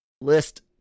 list